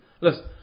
Listen